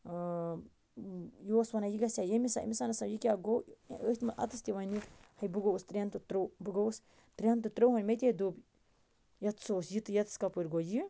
یہِ اوس وَنن یہِ گَژھے ییٚمِس أمِس یہِ کیٛاہ گوٚو ٲتھۍ منٛز اَتَس تہِ وَنہِ ہَے گوٚوُس ترٛٮ۪ن تہٕ تُر بہٕ گوٚوُس ترٛٮ۪ن تہٕ تُرہن مےٚ تےدوٚپ یَتھ سا اوس یہِ تہٕ یِتس کَپٲرۍ گوٚو یہِ